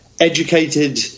educated